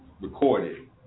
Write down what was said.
recorded